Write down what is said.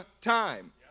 time